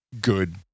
good